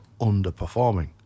underperforming